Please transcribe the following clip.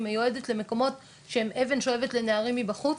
היא מיועדת למקומות שהם אבן שואבת לנערים מבחוץ,